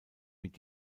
mit